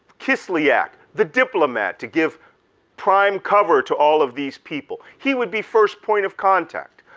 kislyak, the diplomat to give prime cover to all of these people, he would be first point of contact.